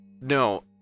No